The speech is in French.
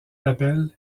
d’appel